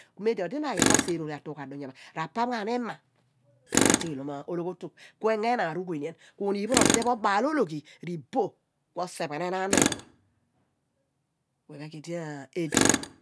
Mem di odi ma asene ologhi ku atuughe pho rapam ghan ni ima ku at igneelom ologhi otu ku engo eenaan rughuenian ku oonim pho r'ode pho o baal ologhi iboh ku oseph enaan pho ephen pho ku iphe ku idi adi.